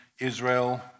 Israel